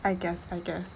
I guess I guess